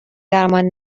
درمان